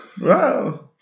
Wow